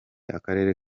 akarere